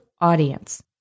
audience